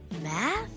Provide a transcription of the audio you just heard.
math